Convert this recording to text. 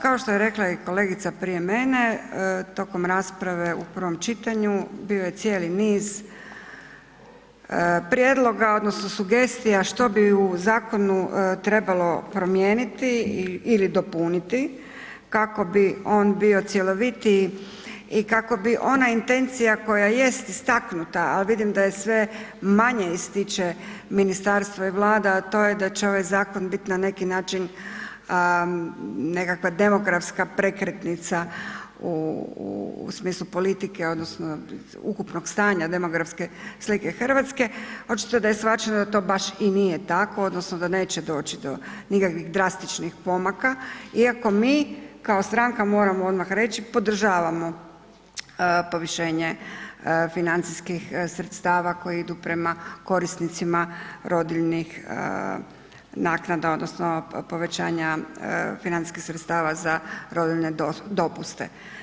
Kao što je rekla i kolegica prije mene, tokom rasprave u prvom čitanju, bio je cijeli niz prijedloga odnosno sugestija, što bi u zakonu trebalo primijeniti ili dopuniti kako bi on bio cjelovitiji i kako bi ona intencija koja jest istaknuta a vidim da je sve manje ističe ministarstvo i Vlada to je da će ovaj zakon bit na neki način nekakva demografska prekretnica u smislu politike odnosno ukupnog stanja demografske slike Hrvatske, očito da je shvaćeno da to baš i nije tako odnosno da neće doći do nikakvih drastičnih pomaka iako mi kao stranka moramo odmah reći, podržavamo povišenje financijskih sredstava koja idu prema korisnicima rodiljnih naknada odnosno povećanja financijskih sredstava za rodiljne dopuste.